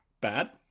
bad